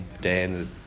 Dan